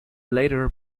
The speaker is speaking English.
later